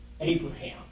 Abraham